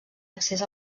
accés